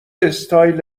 استایل